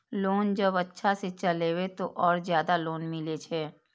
Loan जब अच्छा से चलेबे तो और ज्यादा लोन मिले छै?